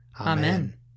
Amen